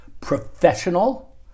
professional